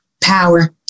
power